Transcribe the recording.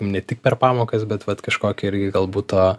ne tik per pamokas bet vat kažkokį irgi galbūt to